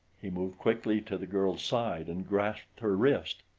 he moved quickly to the girl's side and grasped her wrist.